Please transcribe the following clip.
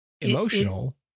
emotional